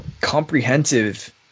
comprehensive